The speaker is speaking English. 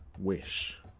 Wish